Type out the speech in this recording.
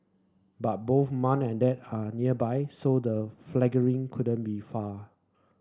but both mum and dad are nearby so the fledglings couldn't be far